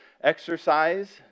exercise